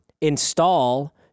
install